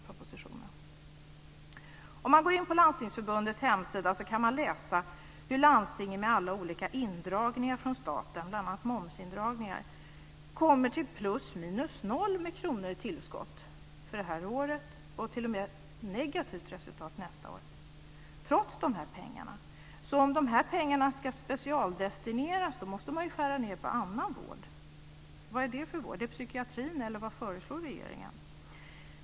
På Landstingsförbundets hemsida kan man läsa hur landstingen med alla olika indragningar från staten, bl.a. momsindragningar, kommer fram till ±0 kr i tillskott för det här året och t.o.m. kommer fram till ett negativt resultat nästa år, trots de här pengarna. Om dessa pengar ska specialdestineras måste man alltså skära ned på annan vård. Vad är det för vård? Psykiatrisk vård? Eller vad föreslår regeringen?